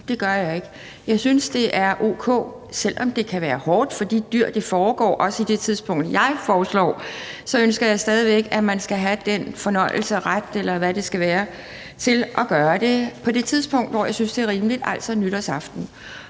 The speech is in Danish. Det gør jeg ikke; jeg synes, det er o.k. Selv om det kan være hårdt for de her dyr, at det foregår, også i det tidsrum, som jeg foreslår, så ønsker jeg stadig væk, at man skal have den fornøjelse eller den ret, eller hvad det skal være, til at gøre det på det tidspunkt, hvor jeg synes det er rimeligt, altså nytårsaften.